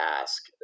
ask